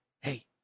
hey